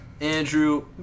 Andrew